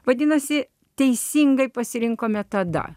vadinasi teisingai pasirinkome tada